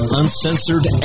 uncensored